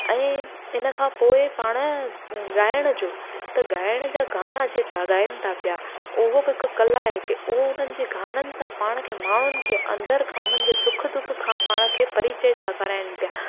ऐं इन खां पोइ पाण ॻाइण जो त ॻाइण जा गाना जेका ॻाइनि था पिया उहो बि हिकु कला आहे की उहो उन्हनि जी गाननि सां पाण खे माण्हुनि खे अंदरि खां उन्हनि जे सुख दुख खां पाण खे परिचय था कराइनि पिया